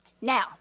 Now